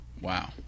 Wow